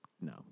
no